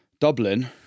Dublin